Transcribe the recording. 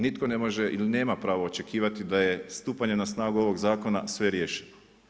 Nitko ne može ili nema pravo očekivati da je stupanje na snagu ovog zakona sve riješeno.